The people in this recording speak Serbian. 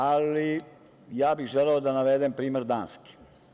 Ali, ja bih želeo da navedem primer Danske.